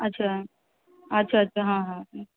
अच्छा अच्छा अच्छा हाँ हाँ